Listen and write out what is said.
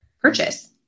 purchase